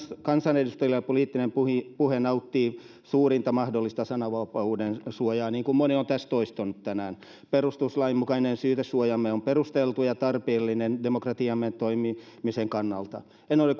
kansanedustajien poliittinen puhe puhe nauttii suurinta mahdollista sananvapaudensuojaa niin kuin moni on tässä toistanut tänään perustuslain mukainen syytesuojamme on perusteltu ja tarpeellinen demokratiamme toimimisen kannalta en ole